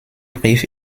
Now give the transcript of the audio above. brief